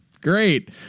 great